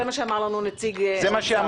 זה מה שאמר לנו נציג האוצר.